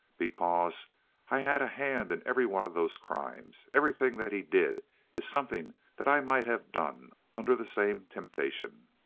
because i had a hand in every one of those crimes! everything that he did is something that i might have done under the same temptation.